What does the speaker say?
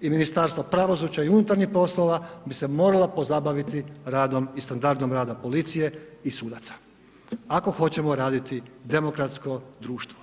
i Ministarstvo pravosuđa i unutarnjih poslova bi se morala pozabaviti radom i standardom rada policije i sudaca, ako hoćemo raditi demokratsko društvo.